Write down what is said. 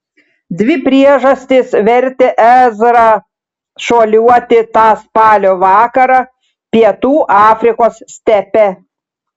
dvi priežastys vertė ezrą šuoliuoti tą spalio vakarą pietų afrikos stepe